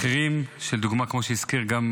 מחירים לדוגמה, כמו שהזכיר גם